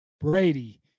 Brady